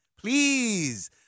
Please